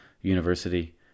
university